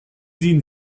sehen